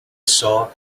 saw